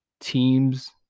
teams